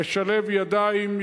נשלב ידיים,